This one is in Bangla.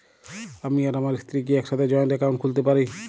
আমি আর আমার স্ত্রী কি একসাথে জয়েন্ট অ্যাকাউন্ট খুলতে পারি?